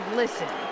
listen